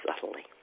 subtly